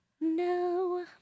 No